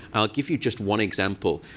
i'll give you just one example.